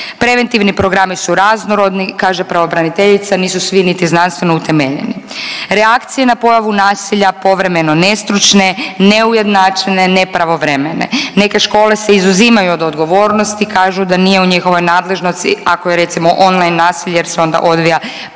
Preventivni programi su raznorodni kaže pravobraniteljica. Nisu svi niti znanstveno utemeljeni. Reakcije na pojavu nasilja povremeno nestručne, neujednačene, nepravovremene. Neke škole se izuzimaju od odgovornosti, kažu da nije u njihovoj nadležnosti ako je recimo on line nasilje jer se onda odvija putem